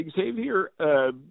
Xavier